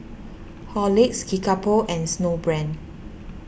Horlicks Kickapoo and Snowbrand